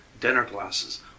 dinner-glasses